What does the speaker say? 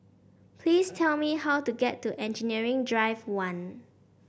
please tell me how to get to Engineering Drive One